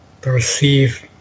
perceive